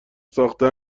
ساخته